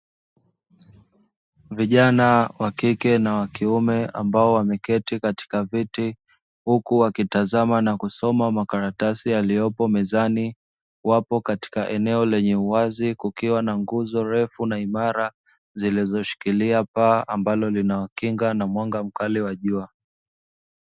Vijana wa kike na wakiume ambao wameketi katika viti huku wakitazama na kusoma makaratasi yaliyopo mezani, wapo katika eneo lenye uwazi kukiwa na nguzo refu na imara zilizoshikilia paa ambalo linawakinga na mwanga mkali wa jua.